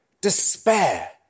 Despair